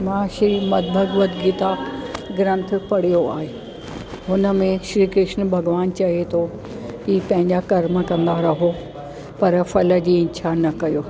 मां श्रीमत भगवत गीता ग्रंथ पढ़ियो आहे हुन में श्री कृष्ण भॻिवानु चए थो कि पंहिंजा कर्म कंदा रहो पर फल जी इच्छा न कयो